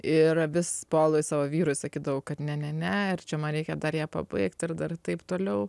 ir vis polui savo vyrui sakydavau kad ne ne ne ir čia man reikia dar ją pabaigt ir dar taip toliau